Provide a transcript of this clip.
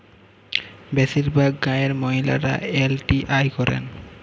বেশিরভাগ গাঁয়ের মহিলারা এল.টি.আই করেন